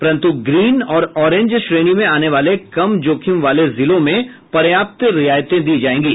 परंतु ग्रीन और ऑरेंज श्रेणी में आने वाले कम जोखिम वाले जिलों में पर्याप्त रियायतें दी जाएंगी